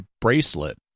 bracelet